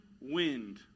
wind